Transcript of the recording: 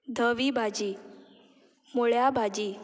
धवी भाजी मुळ्या भाजी